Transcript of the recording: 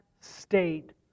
state